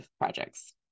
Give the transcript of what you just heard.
projects